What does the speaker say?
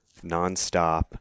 nonstop